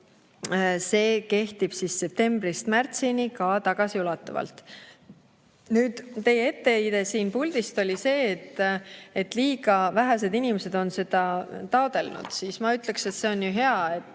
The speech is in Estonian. See kehtib septembrist märtsini, ka tagasiulatuvalt. Nüüd, teie etteheide siit puldist oli see, et liiga vähesed inimesed on seda taotlenud. Ma ütleksin, et see on ju hea, et